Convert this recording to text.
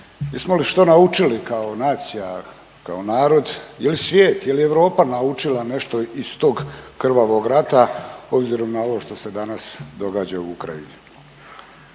jesmo li što naučili kao nacija, kao narod, jel' svijet, jel' Europa naučila nešto iz tog krvavog rata obzirom na ovo što se danas događa u Ukrajini?